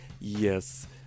yes